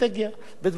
בדברים גדולים,